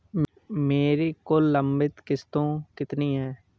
मेरी कुल लंबित किश्तों कितनी हैं?